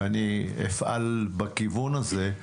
ואני אפעל בכיוון הזה,